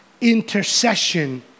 intercession